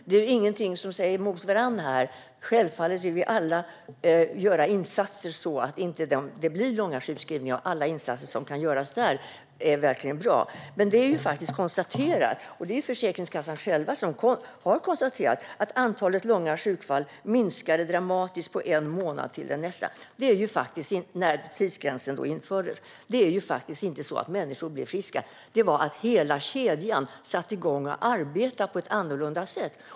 Herr talman! Dessa saker talar inte emot varandra. Självfallet vill vi alla göra insatser så att det inte blir långa sjukskrivningar, och alla insatser som kan göras där är verkligen bra. Försäkringskassan har själv konstaterat att antalet långa sjukfall minskade dramatiskt från en månad till nästa när tidsgränsen infördes. Det är inte så att människor blev friska. Det var att hela kedjan satte igång och arbetade på ett annorlunda sätt.